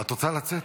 את רוצה לצאת?